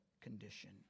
condition